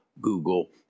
Google